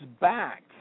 back